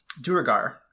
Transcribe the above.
Duragar